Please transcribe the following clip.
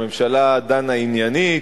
הממשלה דנה עניינית,